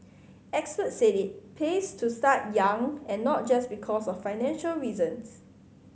experts said it pays to start young and not just because of financial reasons